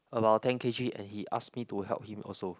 about ten k_g and he ask me to help him also